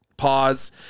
pause